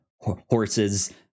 horses